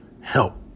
help